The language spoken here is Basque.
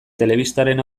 telebistaren